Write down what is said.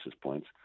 points